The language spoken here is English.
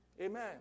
Amen